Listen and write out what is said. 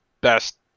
best